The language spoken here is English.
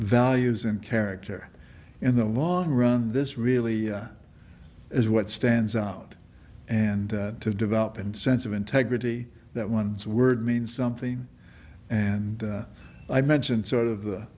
values and character in the long run this really is what stands out and to develop and sense of integrity that one's word means something and i mentioned sort of the